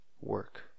work